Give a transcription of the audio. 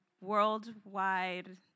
worldwide